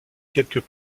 quelques